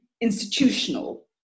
institutional